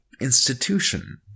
institution